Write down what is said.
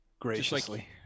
Graciously